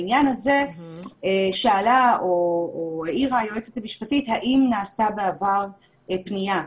בעניין הזה שאלה או העירה היועצת המשפטית האם נעשתה בעבר פנייה.